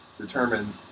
determine